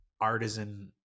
artisan